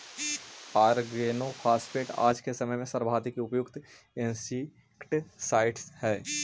organophosphate आज के समय में सर्वाधिक प्रयुक्त इंसेक्टिसाइट्स् हई